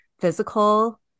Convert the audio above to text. physical